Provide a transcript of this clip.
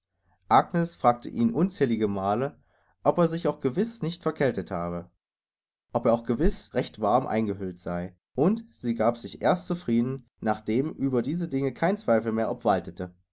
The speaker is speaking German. agnes fragte ihn unzähligemale ob er sich auch gewiß nicht verkältet habe ob er auch gewiß recht warm eingehüllt sei und sie gab sich erst zufrieden nachdem über diese dinge kein zweifel mehr obwaltete